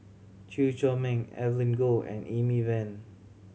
Chew Chor Meng Evelyn Goh and Amy Van